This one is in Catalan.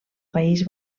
país